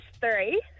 three